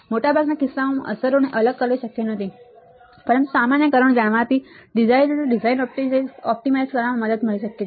મોટાભાગના કિસ્સાઓમાં અસરોને અલગ કરવી શક્ય નથી પરંતુ સામાન્ય કારણો જાણવાથી ડિઝાઇનરને ડિઝાઇનને ઑપ્ટિમાઇઝ કરવામાં મદદ મળી શકે છે